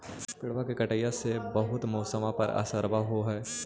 पेड़बा के कटईया से से बहुते मौसमा पर असरबा हो है?